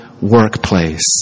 workplace